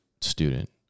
student